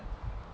really put in